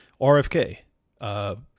RFK